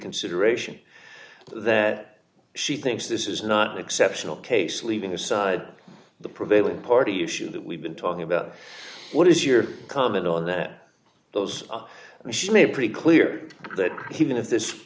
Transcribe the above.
reconsideration that she thinks this is not an exceptional case leaving aside the prevailing party issue that we've been talking about what is your comment on that those are and she made pretty clear that he even if this